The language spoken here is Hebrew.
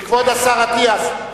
כבוד השר אטיאס,